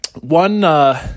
one